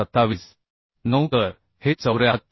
9 तर हे 74